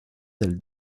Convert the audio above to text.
del